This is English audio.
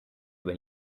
when